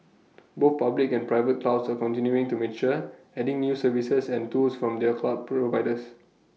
both public and private clouds are continuing to mature adding new services and tools from their cloud providers